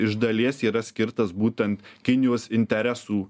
iš dalies yra skirtas būtent kinijos interesų